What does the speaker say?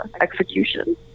execution